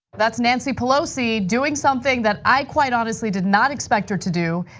that's nancy pelosi doing something that i quite honestly did not expect her to do.